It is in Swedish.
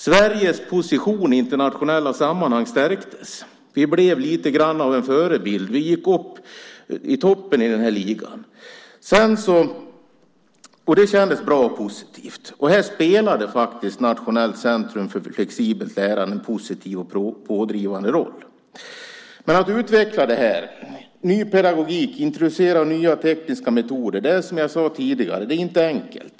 Sveriges position i internationella sammanhang stärktes. Vi blev lite av en förebild och kom att ligga i topp i den ligan. Det kändes bra och positivt. Nationellt centrum för flexibelt lärande spelade här faktiskt en positiv och pådrivande roll. Men att utveckla det här - det gäller då ny pedagogik - och att introducera nya tekniska metoder är, som jag tidigare sade, inte enkelt.